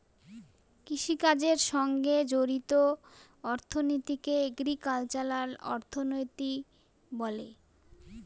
কৃষিকাজের সঙ্গে জড়িত অর্থনীতিকে এগ্রিকালচারাল অর্থনীতি বলে